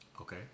Okay